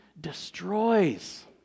destroys